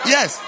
Yes